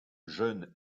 jeune